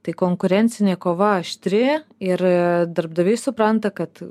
tai konkurencinė kova aštri ir darbdaviai supranta kad